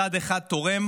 צד אחד תורם